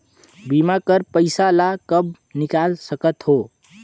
बीमा कर पइसा ला कब निकाल सकत हो?